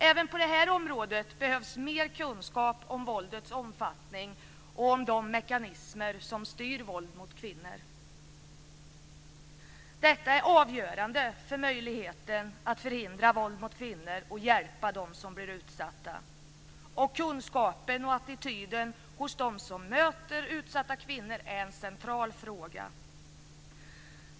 Även på detta område behövs det mer kunskap om våldets omfattning och om de mekanismer som styr våldet mot kvinnor. Detta är avgörande för möjligheten att förhindra våld mot kvinnor och att hjälpa utsatta kvinnor. Kunskapen och attityden hos dem som möter utsatta kvinnor är en central fråga.